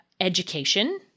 education